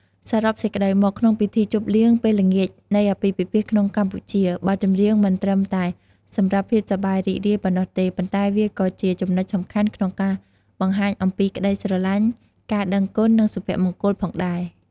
សរុបសេចក្តីមក ក្នុងពិធីជប់លៀងពេលល្ងាចនៃអាពាហ៍ពិពាហ៍នៅកម្ពុជា បទចម្រៀងមិនត្រឹមតែសម្រាប់ភាពសប្បាយរីករាយប៉ុណ្ណោះទេ ប៉ុន្តែវាក៏ជាចំណុចសំខាន់ក្នុងការបង្ហាញអំពីក្តីស្រឡាញ់ ការដឹងគុណ និងសុភមង្គលផងដែរ។